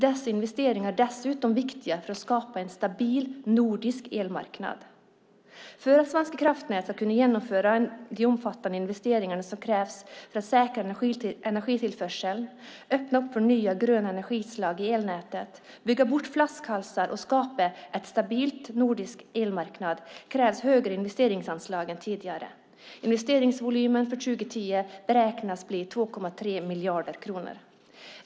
Dessa investeringar är dessutom viktiga för att skapa en stabil nordisk elmarknad. För att Svenska kraftnät ska kunna genomföra de omfattande investeringarna krävs för att säkra energitillförseln, öppna för nya gröna energislag i elnätet, bygga bort flaskhalsar och skapa en stabil nordisk elmarknad högre investeringsanslag än tidigare. Investeringsvolymen för 2010 beräknas bli 2,3 miljarder kronor.